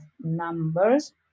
numbers